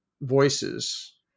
voices